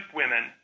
women